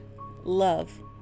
love